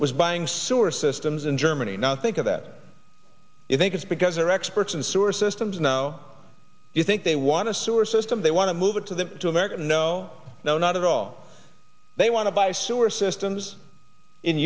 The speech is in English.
was buying sewer systems in germany now think of that you think it's because they're experts in sewer systems now you think they want to sewer system they want to move it to the to american no no not at all they want to buy sewer systems in